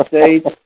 States